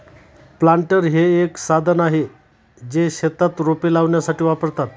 planter हे एक साधन आहे, जे शेतात रोपे लावण्यासाठी वापरतात